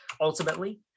ultimately